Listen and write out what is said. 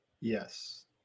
Yes